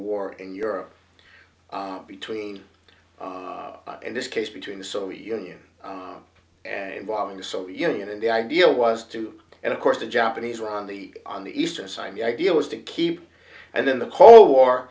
war in europe between in this case between the soviet union involving the soviet union and the idea was to and of course the japanese were on the on the eastern side the idea was to keep and then the cold war